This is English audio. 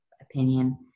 opinion